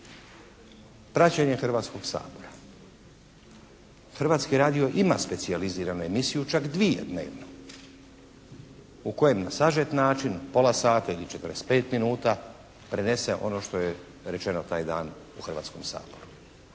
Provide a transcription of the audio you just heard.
Praćenje Hrvatskog sabora. Hrvatski radio ima specijaliziranu emisiju, čak dvije dnevno u kojem je na sažet način od pola sata ili 45 minuta prenese ono što je rečeno taj dan u Hrvatskom saboru.